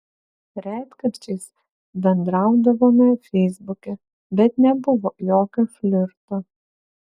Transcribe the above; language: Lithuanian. retkarčiais bendraudavome feisbuke bet nebuvo jokio flirto